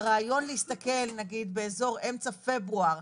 והרעיון להסתכל נגיד באזור אמצע פברואר,